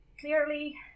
clearly